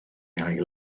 ail